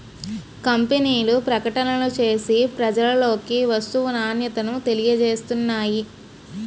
కంపెనీలు ప్రకటనలు చేసి ప్రజలలోకి వస్తువు నాణ్యతను తెలియజేస్తున్నాయి